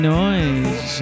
noise